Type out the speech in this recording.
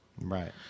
right